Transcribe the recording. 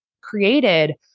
created